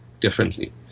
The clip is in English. differently